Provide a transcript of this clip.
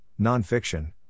nonfiction